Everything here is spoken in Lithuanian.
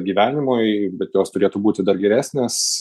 gyvenimui bet jos turėtų būti dar geresnės